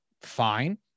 fine